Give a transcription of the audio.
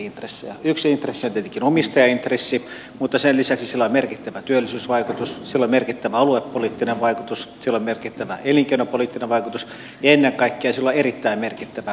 yksi intressi on tietenkin omistajaintressi mutta sen lisäksi sillä on merkittävä työllisyysvaikutus sillä on merkittävä aluepoliittinen vaikutus sillä on merkittävä elinkeinopoliittinen vaikutus ja ennen kaikkea sillä on erittäin merkittävä ympäristöulottuvuus